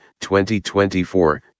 2024